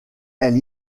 elle